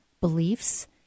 beliefs